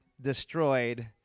destroyed